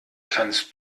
kannst